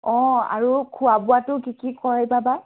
অঁ আৰু খোৱা বোৱাটো কি কি হয় এতিয়া বা